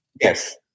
Yes